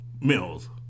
Mills